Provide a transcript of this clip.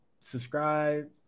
subscribe